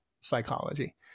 psychology